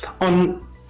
On